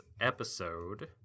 episode